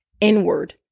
inward